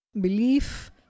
belief